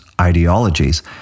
ideologies